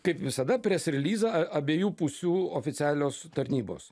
kaip visada pres ir liza a abiejų pusių oficialios tarnybos